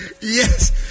Yes